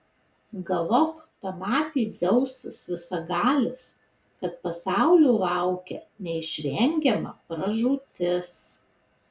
galop pamatė dzeusas visagalis kad pasaulio laukia neišvengiama pražūtis